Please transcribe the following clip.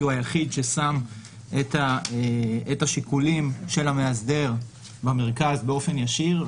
כי הוא היחיד ששם את השיקולים של המאסדר במרכז באופן ישיר.